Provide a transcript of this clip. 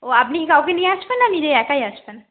ও আপনি কি কাউকে নিয়ে আসবেন না নিজে একাই আসবেন